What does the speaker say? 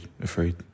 afraid